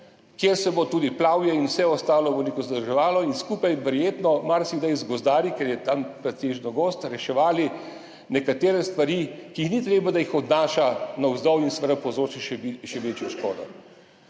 kjer se bo tudi plavje in vse ostalo zadrževalo in verjetno marsikdaj skupaj z gozdarji, ker je tam pretežno gozd, reševalo nekatere stvari, ki ni treba, da jih odnaša navzdol in seveda povzroči še večjo škodo.